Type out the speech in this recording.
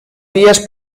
vies